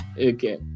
Okay